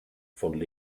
von